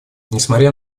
несмотря